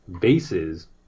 bases